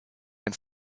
ein